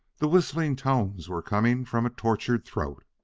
the whistling tones were coming from a tortured throat,